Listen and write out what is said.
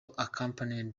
accompanied